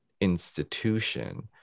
institution